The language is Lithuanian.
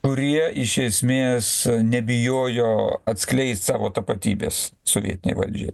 kurie iš esmės nebijojo atskleist savo tapatybės sovietinei valdžiai